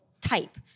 type